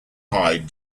hide